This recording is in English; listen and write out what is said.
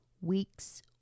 weeks